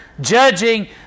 judging